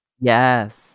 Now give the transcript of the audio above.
yes